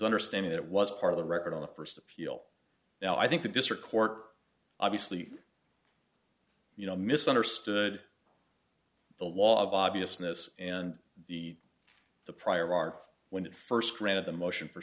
understanding that was part of the record on the first appeal now i think the district court obviously you know misunderstood the law of obviousness and the the prior are when it first read of the motion for